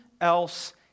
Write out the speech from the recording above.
else